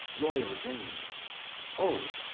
royal dane o,